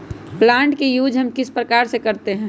Plant का use हम किस प्रकार से करते हैं?